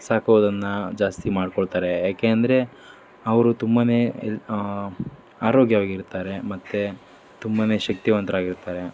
ಸಾಕೋದನ್ನು ಜಾಸ್ತಿ ಮಾಡಿಕೊಳ್ತಾರೆ ಯಾಕೆ ಅಂದರೆ ಅವರು ತುಂಬ ಆರೋಗ್ಯವಾಗಿರ್ತಾರೆ ಮತ್ತು ತುಂಬ ಶಕ್ತಿವಂತರಾಗಿರ್ತಾರೆ